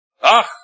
ach